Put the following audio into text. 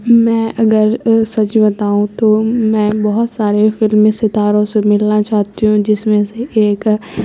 میں اگر سچ بتاؤں تو میں بہت سارے فلمی ستاروں سے ملنا چاہتی ہوں جس میں سے ایک